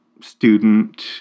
student